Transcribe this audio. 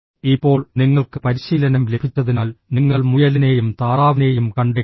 ഇപ്പോൾ നിങ്ങൾക്ക് പരിശീലനം ലഭിച്ചതിനാൽ നിങ്ങൾ മുയലിനേയും താറാവിനെയും കണ്ടേക്കാം